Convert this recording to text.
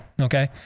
Okay